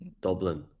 Dublin